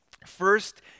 First